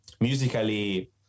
musically